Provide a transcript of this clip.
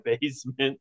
basement